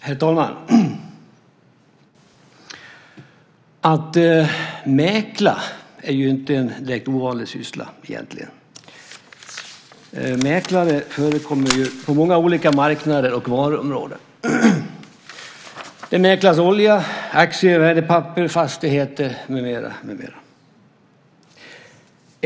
Herr talman! Att mäkla är egentligen inte en direkt ovanlig syssla. Mäklare förekommer på många olika marknader och varuområden. Det mäklas olja, aktier, värdepapper, fastigheter med mera.